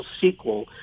sequel